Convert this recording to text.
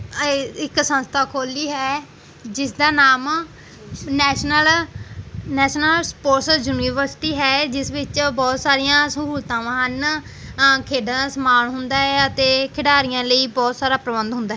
ਇੱਕ ਸੰਸਥਾ ਖੋਲ੍ਹੀ ਹੈ ਜਿਸਦਾ ਨਾਮ ਨੈਸ਼ਨਲ ਨੈਸ਼ਨਲ ਸਪੋਰਟਸ ਯੂਨੀਵਰਸਿਟੀ ਹੈ ਜਿਸ ਵਿੱਚ ਬਹੁਤ ਸਾਰੀਆਂ ਸਹੂਲਤਾਵਾਂ ਹਨ ਖੇਡਾਂ ਦਾ ਸਮਾਨ ਹੁੰਦਾ ਹੈ ਅਤੇ ਖਿਡਾਰੀਆਂ ਲਈ ਬਹੁਤ ਸਾਰਾ ਪ੍ਰਬੰਧ ਹੁੰਦਾ ਹੈ